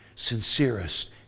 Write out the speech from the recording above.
sincerest